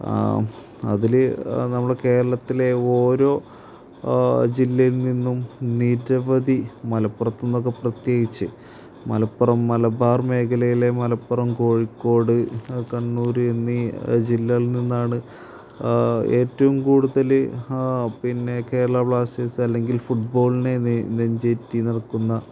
അതില് നമ്മുടെ കേരളത്തിലെ ഓരോ ജില്ലയിൽ നിന്നും നിരവധി മലപ്പുറത്തുന്നൊക്കെ പ്രത്യേകിച്ച് മലപ്പുറം മലബാർ മേഖലയിലെ മലപ്പുറം കോഴിക്കോട് കണ്ണൂർ എന്നീ ജില്ലകളിൽ നിന്നാണ് ഏറ്റവും കൂടുതൽ പിന്നെ കേരള ബ്ലാസ്റ്റേഴ്സ് അല്ലെങ്കിൽ ഫുട്ബോളിനെ നെഞ്ചേറ്റി നിൽക്കുന്ന